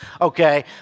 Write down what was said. okay